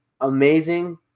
amazing